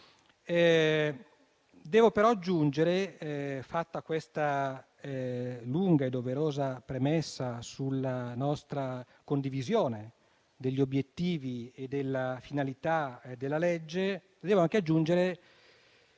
favore alla Camera. Fatta questa lunga e doverosa premessa sulla nostra condivisione degli obiettivi e della finalità del provvedimento, devo anche aggiungere